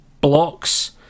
blocks